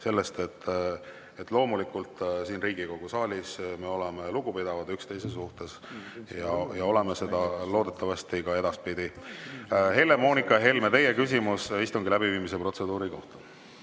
sellest, et loomulikult siin Riigikogu saalis me oleme lugupidavad üksteise suhtes. Ja oleme seda loodetavasti ka edaspidi. Helle-Moonika Helme, teie küsimus istungi läbiviimise protseduuri kohta.